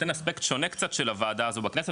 אספקט שונה קצת של הוועדה הזו בכנסת,